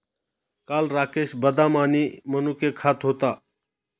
काल राकेश बदाम आणि मनुके खात होता